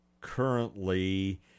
currently